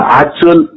actual